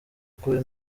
ukuri